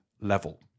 level